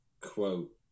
quote